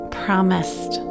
promised